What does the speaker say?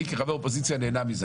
אני כחבר אופוזיציה נהנה מזה,